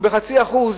או בחצי אחוז,